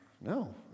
No